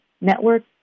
network